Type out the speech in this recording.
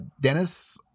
Dennis